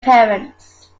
parents